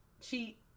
cheat